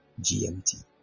GMT